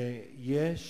יש